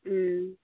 ᱳ